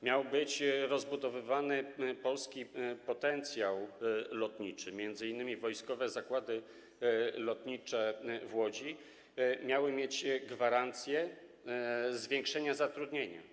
Miał być rozbudowywany polski potencjał lotniczy, m.in. Wojskowe Zakłady Lotnicze w Łodzi miały mieć gwarancję zwiększenia zatrudnienia.